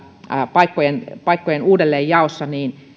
paikkojen paikkojen uudelleenjaossa